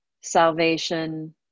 Salvation